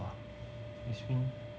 !wah! this means